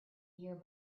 year